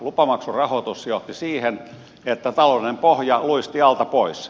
lupamaksurahoitus johti siihen että talouden pohja luisti alta pois